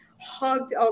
hugged